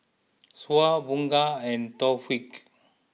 Syah Bunga and Taufik